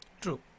True